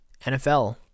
nfl